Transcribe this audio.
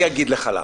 אני אגיד לך למה.